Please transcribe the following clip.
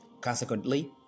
Consequently